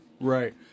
Right